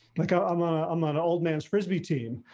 like ah um ah i'm an old man's frisbee team,